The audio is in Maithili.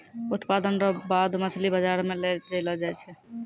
उत्पादन रो बाद मछली बाजार मे लै जैलो जाय छै